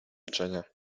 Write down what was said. milczenia